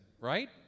right